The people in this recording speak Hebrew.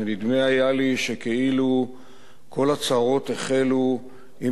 ונדמה היה לי שכאילו כל הצרות החלו עם